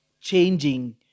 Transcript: changing